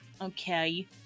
okay